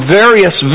various